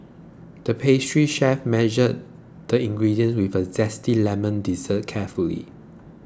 the pastry chef measured the ingredients for a Zesty Lemon Dessert carefully